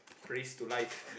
praise to life